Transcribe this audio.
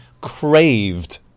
craved